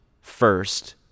First